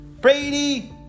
Brady